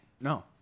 No